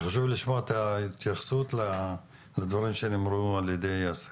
חשוב לשמוע את ההתייחסות לדברים שנאמרו על ידי יאסר.